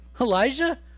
Elijah